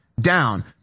down